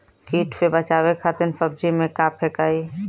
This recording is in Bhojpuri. कीट से बचावे खातिन सब्जी में का फेकाई?